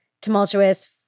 tumultuous